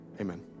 amen